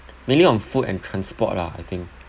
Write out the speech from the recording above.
mainly on food and transport lah I think